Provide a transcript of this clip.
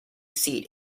seat